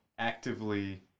Actively